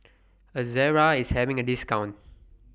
Ezerra IS having A discount